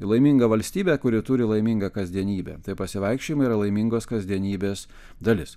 laiminga valstybė kuri turi laimingą kasdienybę tai pasivaikščiojimai yra laimingos kasdienybės dalis